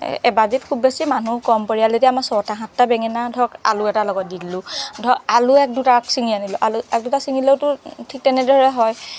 এভাজিত খুব বেছি মানুহ কম পৰিয়াল যেতিয়া আমাৰ ছয়টা সাতটা বেঙেনা ধৰক আলু এটাৰ লগত দি দিলোঁ ধৰক আলু এক দুটা চিঙি আনিলোঁ আলু এক দুটা চিঙিলেওতো ঠিক তেনেদৰে হয়